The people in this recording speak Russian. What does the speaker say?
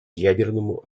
ядерному